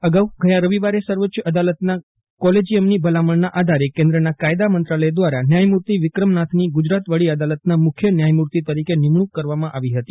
અગાઉ ગયા રવિવારે સર્વોચ્ય અદાલતના કોલેજીયમની ભલામણના આધારે કેન્દ્રના કાયદા મંત્રાલય દ્વારા ન્યાયમૂર્તિ વિક્રમનાથની ગુજરાત વડી અદાલતનાં મુખ્ય ન્યાય મૂર્તિ તરીકે નિમણુક કરવામાં આવી હતી